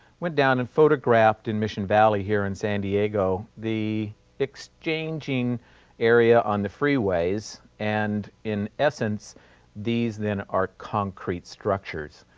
went down and photographed in mission valley here in san diego, the exchanging area on the freeways, and in essence these then are concrete structures.